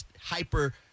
hyper